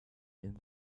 and